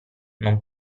non